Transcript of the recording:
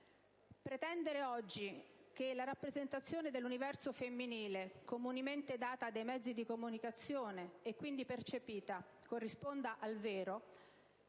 Pretendere oggi che la rappresentazione dell'universo femminile comunemente data dai mezzi di comunicazione, e quindi percepita, corrisponda al vero